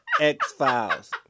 X-Files